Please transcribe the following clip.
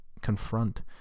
confront